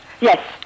Yes